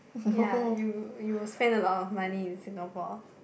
ya you you will spend a lot of money in Singapore